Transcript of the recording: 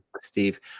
Steve